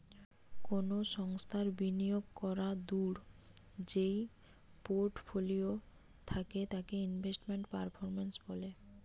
কোনো সংস্থার বিনিয়োগ করাদূঢ় যেই পোর্টফোলিও থাকে তাকে ইনভেস্টমেন্ট পারফরম্যান্স বলে